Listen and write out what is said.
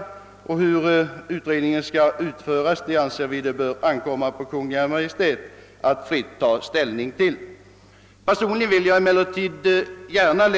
Utformningen av denna utredning anser vi det böra ankomma på Kungl. Maj:t att ta ställning till. Personligen vill jag emellertid, med